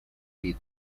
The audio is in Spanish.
beat